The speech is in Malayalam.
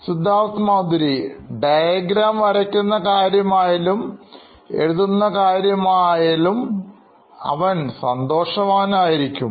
Siddharth Maturi CEO Knoin Electronics diagram വരയ്ക്കുന്നത് കാര്യം ആയാലും എഴുതുന്നകാര്യം തിരഞ്ഞെടുക്കുന്നത് ആയാലും സന്തോഷമായിരിക്കും